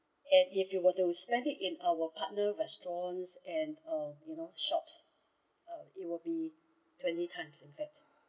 and if you were to spend it in our partner restaurants and uh you know shops uh it would be twenty time in fact